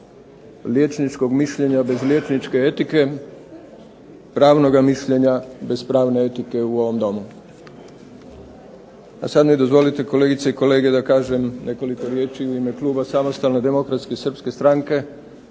liječničkog mišljenja bez liječničke etike, pravnoga mišljenja bez pravne etike u ovom Domu. A sada mi dozvolite kolegice i kolege da kažem nekoliko riječi u ime kluba SSDS-a o onome zbog čega